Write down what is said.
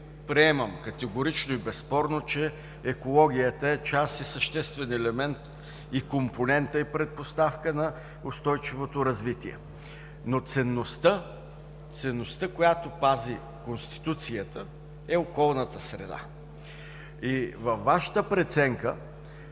приемам категорично и безспорно, че екологията е част, съществен елемент и компонента, и предпоставка на устойчивото развитие. Ценността, която пази Конституцията, е околната среда. Във Вашата преценка